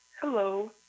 hello